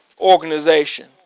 organization